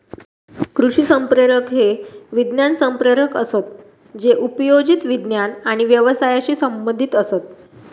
कृषी संप्रेषक हे विज्ञान संप्रेषक असत जे उपयोजित विज्ञान आणि व्यवसायाशी संबंधीत असत